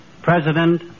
President